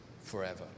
forever